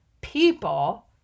people